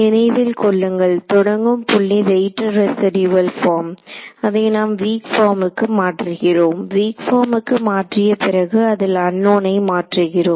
நினைவில் கொள்ளுங்கள் தொடங்கும் புள்ளி வெயிட்டெட் ரெசிடியுவள் பார்ம் அதை நாம் வீக் பார்முக்கு மாற்றுகிறோம் வீக் பார்முக்கு மாற்றிய பிறகு அதில் அன்னோனை மாற்றுகிறோம்